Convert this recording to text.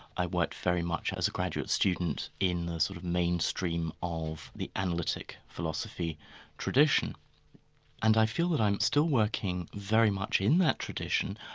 i worked very much, as a graduate student, in the sort of mainstream of the analytic philosophy tradition and i feel that i'm still working very much in that tradition,